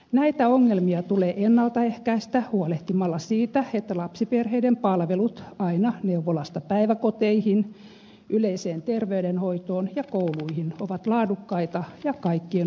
näitä ongelmia tulee ennalta ehkäistä huolehtimalla siitä että lapsiperheiden palvelut aina neuvolasta päiväkoteihin yleiseen terveydenhoitoon ja kouluihin ovat laadukkaita ja kaikkien ulottuvilla